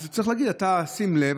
אז צריך להגיד: שים לב,